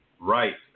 right